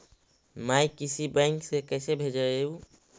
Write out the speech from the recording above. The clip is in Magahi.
मैं किसी बैंक से कैसे भेजेऊ